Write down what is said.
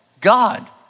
God